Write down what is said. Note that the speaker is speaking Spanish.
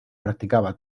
practicaba